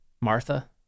Martha